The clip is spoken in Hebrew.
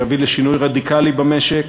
שיביא לשינוי רדיקלי במשק,